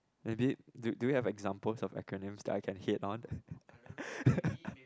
maybe do do you have examples of acronym that I can can hit on